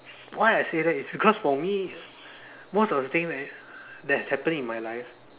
why I say that is because for me most of the thing that that has happened in my life